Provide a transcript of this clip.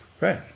Right